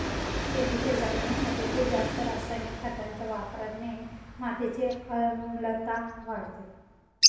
शेतीच्या जमिनीसाठी खूप जास्त रासायनिक खतांच्या वापराने मातीची आम्लता वाढते